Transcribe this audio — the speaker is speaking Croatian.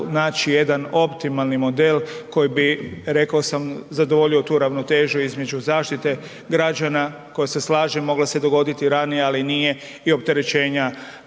naći jedan optimalni model koji bi, rekao sam, zadovoljio tu ravnotežu između zaštite građana koja se, slažem, mogla se dogoditi ranije, ali nije i opterećenja